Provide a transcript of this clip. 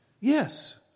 Yes